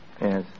yes